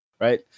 right